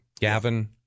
Gavin